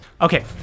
Okay